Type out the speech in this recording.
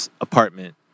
apartment